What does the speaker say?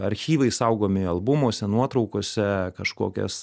archyvai saugomi albumuose nuotraukose kažkokias